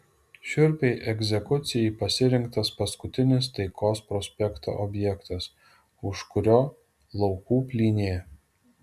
šiurpiai egzekucijai pasirinktas paskutinis taikos prospekto objektas už kurio laukų plynė